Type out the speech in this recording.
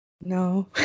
no